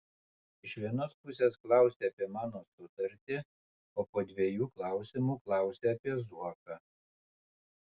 iš vienos pusės klausi apie mano sutartį o po dviejų klausimų klausi apie zuoką